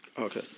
Okay